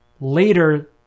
later